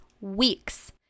weeks